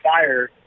fire